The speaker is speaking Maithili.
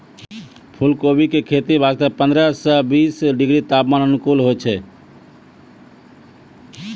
फुलकोबी के खेती वास्तॅ पंद्रह सॅ बीस डिग्री तापमान अनुकूल होय छै